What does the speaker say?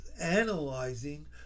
analyzing